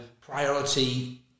priority